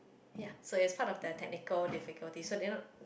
ya so it is part of their technically difficulties so they don't